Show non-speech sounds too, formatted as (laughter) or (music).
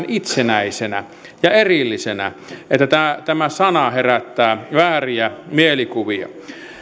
(unintelligible) itsenäisenä ja erillisenä tämä tämä sana herättää vääriä mielikuvia